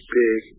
big